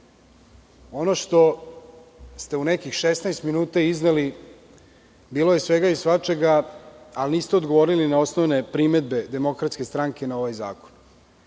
onome što ste u nekih 16 minuta izneli bilo je svega i svačega, ali niste odgovorili na osnovne primedbe DS na ovaj zakon.